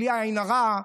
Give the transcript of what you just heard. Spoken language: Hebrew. בלי עין הרע,